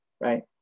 right